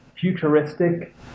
futuristic